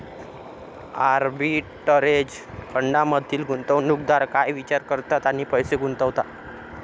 Arbitrage फंडांमधील गुंतवणूकदार काय विचार करतात आणि पैसे गुंतवतात?